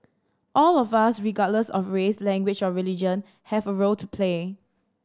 all of us regardless of race language or religion have a role to play